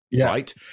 Right